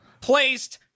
placed